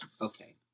okay